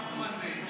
הבחור הזה?